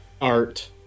art